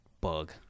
bug